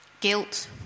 Guilt